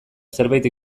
zerbait